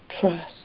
trust